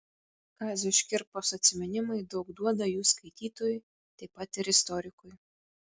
kazio škirpos atsiminimai daug duoda jų skaitytojui taip pat ir istorikui